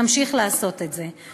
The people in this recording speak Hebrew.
נמשיך לעשות את זה.